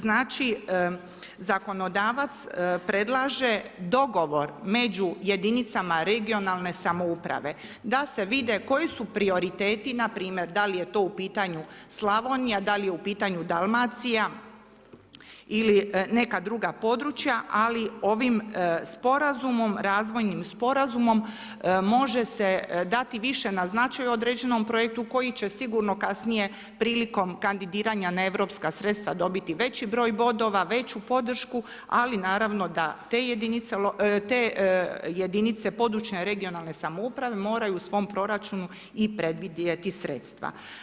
Znači zakonodavac predlaže dogovor među jedinicama regionalne samouprave da se vide koji su prioriteti nrp. da li je to u pitanju Slavonija, da li je u pitanju Dalmacija ili neka druga područja ali ovim sporazumom, razvojnim sporazumom može se dati više na značaju određenom projektu koji će sigurno kasnije prilikom kandidiranja na europska sredstva dobiti veći broj bodova, veću podršku ali naravno da te jedinice područne, regionalne samouprave moraju u svom proračunu i predvidjeti sredstva.